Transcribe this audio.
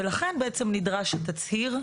ולכן בעצם נדרש התצהיר.